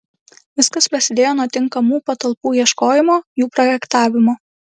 viskas prasidėjo nuo tinkamų patalpų ieškojimo jų projektavimo